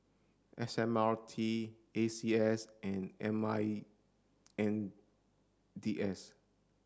S M R T A C S and M I N D S